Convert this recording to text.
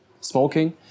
smoking